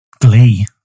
Glee